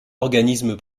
organismes